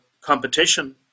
competition